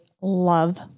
love